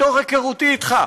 מתוך היכרותי איתך,